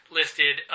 listed